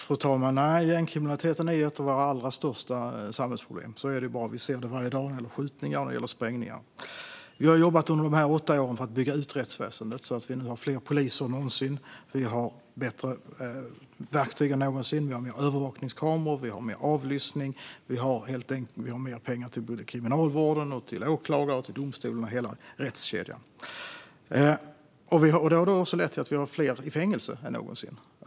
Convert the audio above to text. Fru talman! Gängkriminaliteten är ett av våra allra största samhällsproblem. Så är det bara. Vi ser det varje dag när det gäller skjutningar och sprängningar. Vi har jobbat under de här åtta åren för att bygga ut rättsväsendet. Nu har vi därför fler poliser och bättre verktyg än någonsin. Vi har fler övervakningskameror och mer avlyssning. Vi har mer pengar till Kriminalvården, till åklagare, till domstolar och till hela rättskedjan. Det har också lett till att vi har fler i fängelse än någonsin.